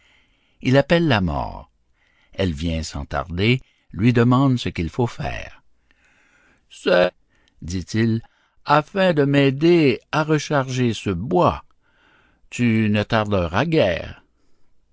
il appelle la mort elle vient sans tarder lui demande ce qu'il faut faire c'est dit-il afin de m'aider à recharger ce bois tu ne tarderas guère